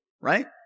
right